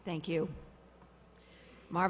thank you m